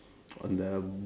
on the